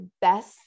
best